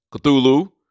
cthulhu